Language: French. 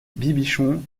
bibichon